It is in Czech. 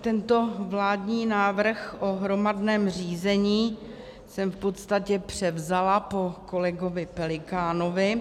Tento vládní návrh o hromadném řízení jsem v podstatě převzala po kolegovi Pelikánovi.